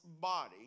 body